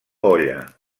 olla